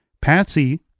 Patsy